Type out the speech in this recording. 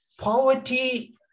Poverty